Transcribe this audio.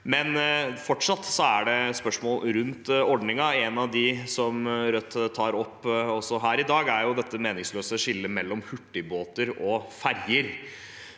er fortsatt spørsmål rundt ordningen. Et av dem Rødt tar opp også her i dag, er det meningsløse skillet mellom hurtigbåter og ferjer.